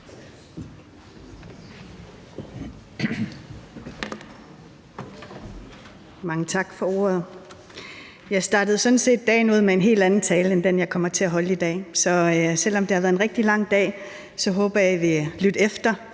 Mange tak for ordet. Jeg startede sådan set dagen med at ville holde en helt anden tale end den, jeg kommer til at holde i dag. Så selv om det har været en rigtig lang dag, håber jeg, at I vil lytte efter,